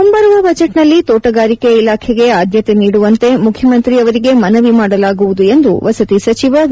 ಮುಂಬರುವ ಬಜೆಟ್ನಲ್ಲಿ ತೋಟಗಾರಿಕೆ ಇಲಾಖೆಗೆ ಆದ್ಯತೆ ನೀಡುವಂತೆ ಮುಖ್ಯಮಂತ್ರಿ ಅವರಿಗೆ ಮನವಿ ಮಾಡಲಾಗುವುದು ಎಂದು ವಸತಿ ಸಚಿವ ವಿ